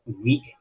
weak